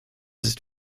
ist